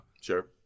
Sure